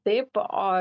taip o